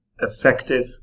effective